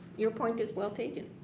your point is well taken.